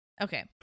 Okay